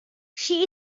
she